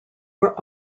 were